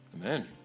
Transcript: Amen